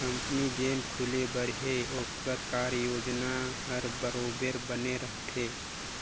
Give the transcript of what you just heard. company जेन खुले बर हे ओकर कारयोजना हर बरोबेर बने रहथे